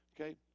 okay